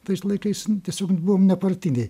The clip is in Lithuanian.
tais laikais tiesiog buvom nepartiniai